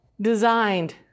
Designed